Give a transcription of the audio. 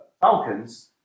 Falcons